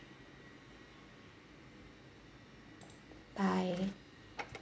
bye